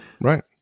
Right